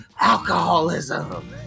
alcoholism